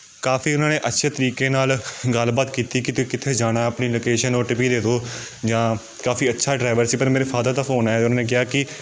ਕਾਫੀ ਉਹਨਾਂ ਨੇ ਅੱਛੇ ਤਰੀਕੇ ਨਾਲ ਗੱਲਬਾਤ ਕੀਤੀ ਕਿ ਤੁਸੀਂ ਕਿੱਥੇ ਜਾਣਾ ਆਪਣੀ ਲੌਕੇਸ਼ਨ ਓ ਟੀ ਪੀ ਦੇ ਦਿਉ ਜਾਂ ਕਾਫੀ ਅੱਛਾ ਡਰਾਈਵਰ ਸੀ ਪਰ ਮੇਰੇ ਫਾਦਰ ਦਾ ਫੋਨ ਆਇਆ ਉਹਨਾਂ ਨੇ ਕਿਹਾ ਕਿ